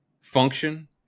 function